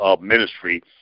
ministry